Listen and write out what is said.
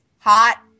Hot